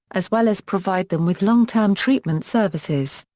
as well as provide them with long-term treatment services.